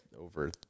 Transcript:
over